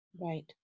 Right